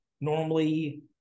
normally